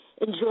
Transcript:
Enjoy